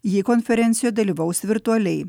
ji konferencijoj dalyvaus virtualiai